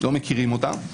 לא מכירים אותה.